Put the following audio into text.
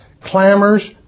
clamors